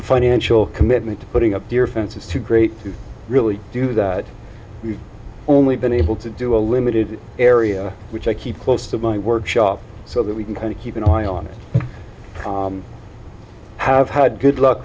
the financial commitment to putting up your fence is too great to really do that we've only been able to do a limited area which i keep close to my workshop so that we can kind of keep an eye on it have had good luck